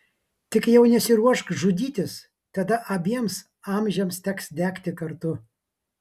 tik jau nesiruošk žudytis tada abiems amžiams teks degti kartu